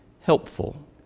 helpful